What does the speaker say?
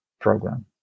program